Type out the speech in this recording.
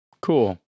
cool